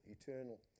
eternal